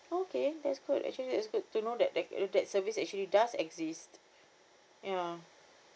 okay that's good actually it's good to know that that~ that service actually does exist ya